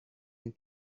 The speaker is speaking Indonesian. yang